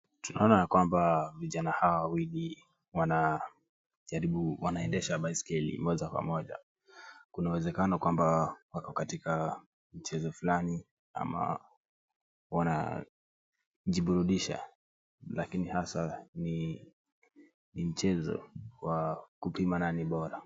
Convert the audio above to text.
Tunaona ya kwamba vijana hawa wawili wanajaribu wanaendesha baiskeli moja kwa moja. Kuna uwezekano kwamba wako katika mchezo fulani ama wanajiburudisha. Lakina hasa ni mchezo wa kupima nani bora.